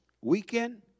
weekend